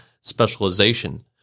specialization